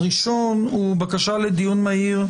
הראשון הוא בקשה לדיון מהיר,